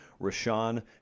Rashawn